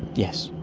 yes.